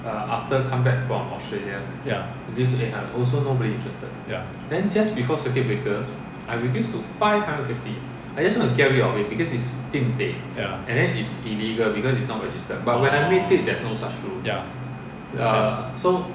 ya ya ya orh ya